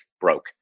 broke